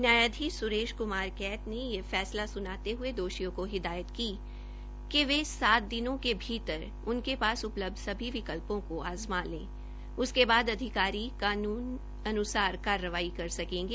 न्यायाधीश स्रेश क्मार कैत ने यह फैसला सुनाने हये दोषियों को हिदायत की कि वे सात दिनों के भीतर उनके पास उपलब्ध सभी विकल्पों को आज़मा ले उसके अधिकारी कानून अन्सार कार्रवाई कर सकेंगे